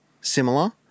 Similar